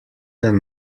than